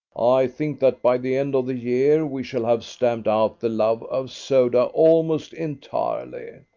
i think that by the end of the year we shall have stamped out the love of soda almost entirely.